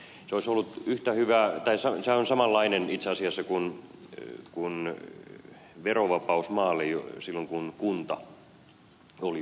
se olisi ollut yhtä hyvä tai samanlainen itse asiassa kuin verovapaus maalle silloin kun kunta oli ostajana